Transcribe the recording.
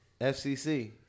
FCC